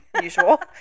usual